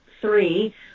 three